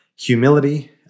Humility